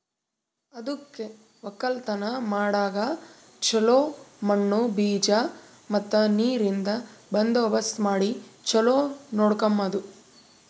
ಅದುಕೆ ಒಕ್ಕಲತನ ಮಾಡಾಗ್ ಚೊಲೋ ಮಣ್ಣು, ಬೀಜ ಮತ್ತ ನೀರಿಂದ್ ಬಂದೋಬಸ್ತ್ ಮಾಡಿ ಚೊಲೋ ನೋಡ್ಕೋಮದ್